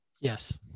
Yes